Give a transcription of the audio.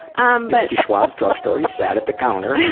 um but to schwab's drugstore, you sat at the counter.